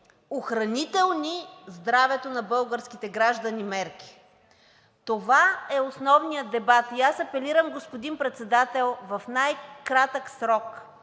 охранителни за здравето на българските граждани мерки. Това е основният дебат и аз апелирам, господин Председател, в най-кратък срок